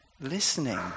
listening